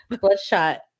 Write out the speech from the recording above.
bloodshot